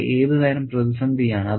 അത് ഏതുതരം പ്രതിസന്ധിയാണ്